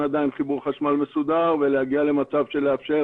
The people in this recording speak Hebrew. עדיין חיבור חשמל מסודר ולהגיע למצב שמאפשר